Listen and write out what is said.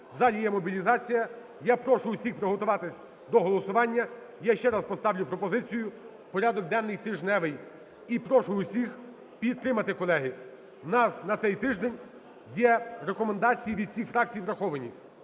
В залі є мобілізація, я прошу всіх приготуватися до голосування. Я ще раз поставлю пропозицію порядок денний тижневий і прошу всіх підтримати, колеги. В нас на цей тиждень є рекомендації від всіх фракцій враховані.